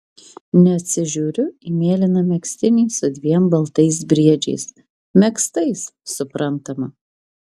neatsižiūriu į mėlyną megztinį su dviem baltais briedžiais megztais suprantama